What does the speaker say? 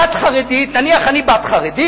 בת חרדית, נניח אני בת חרדית.